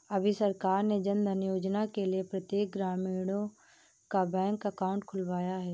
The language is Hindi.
अभी सरकार ने जनधन योजना के लिए प्रत्येक ग्रामीणों का बैंक अकाउंट खुलवाया है